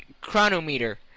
chronometer.